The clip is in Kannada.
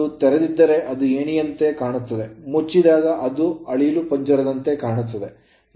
ಅದು ತೆರೆದಿದ್ದರೆ ಅದು ಏಣಿಯಂತೆ ಕಾಣುತ್ತದೆ ಮುಚ್ಚಿದಾಗ ಅದು ಅಳಿಲು ಪಂಜರದಂತೆ ಕಾಣುತ್ತದೆ